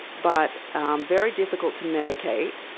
but very difficult to medicate,